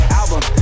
album